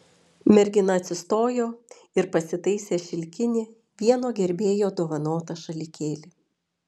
mergina atsistojo ir pasitaisė šilkinį vieno gerbėjo dovanotą šalikėlį